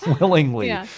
willingly